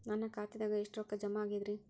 ನನ್ನ ಖಾತೆದಾಗ ಎಷ್ಟ ರೊಕ್ಕಾ ಜಮಾ ಆಗೇದ್ರಿ?